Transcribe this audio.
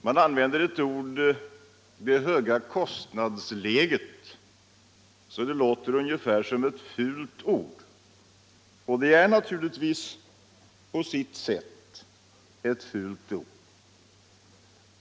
Här används uttrycket det höga kostnadsläget som om det vore något fult; och det är det naturligtvis på sätt och vis.